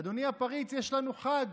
אדוני הפריץ, יש לנו חג.